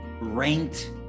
ranked